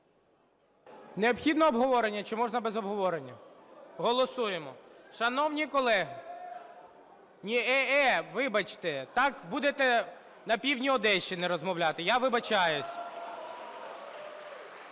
Необхідне обговорення, чи можна без обговорення? Голосуємо. Шановні колеги! Ні, "е-е", вибачте, так будете на півдні Одещини розмовляти, я вибачаюся.